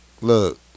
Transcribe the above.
look